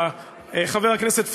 חבר הכנסת פריג',